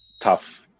tough